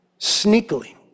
sneakily